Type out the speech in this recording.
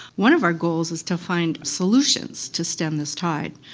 one of our goals is to find solutions to stem this tide.